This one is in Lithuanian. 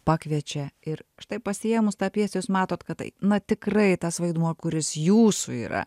pakviečia ir štai pasiėmus tą pjesę jūs matot kad na tikrai tas vaidmuo kuris jūsų yra